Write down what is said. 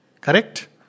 Correct